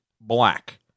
black